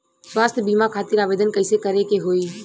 स्वास्थ्य बीमा खातिर आवेदन कइसे करे के होई?